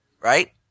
Right